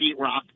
sheetrock